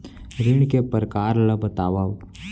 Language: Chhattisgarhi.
ऋण के परकार ल बतावव?